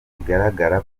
biragaragara